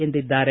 ಎಂದಿದ್ದಾರೆ